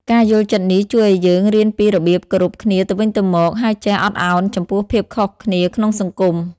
ការយល់ចិត្តនេះជួយឲ្យយើងរៀនពីរបៀបគោរពគ្នាទៅវិញទៅមក ហើយចេះអត់អោនចំពោះភាពខុសគ្នាក្នុងសង្គម។